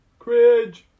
Cridge